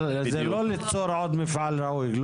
אבל זה לא ליצור עוד מפעל ראוי.